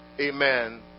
amen